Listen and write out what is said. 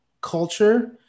culture